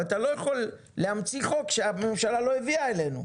אבל אתה לא יכול להמציא חוק שהממשלה לא הביאה אלינו.